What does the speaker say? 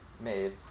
made